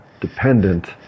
dependent